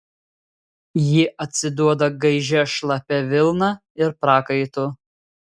ji atsiduoda gaižia šlapia vilna ir prakaitu